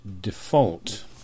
default